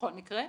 בכל מקרה.